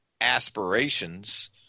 aspirations